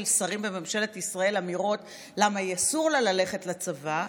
שרים בממשלת ישראל אמירות למה יהיה אסור לה ללכת לצבא.